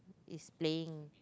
it's playing